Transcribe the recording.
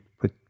put